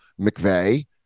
mcveigh